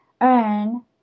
earn